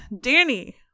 danny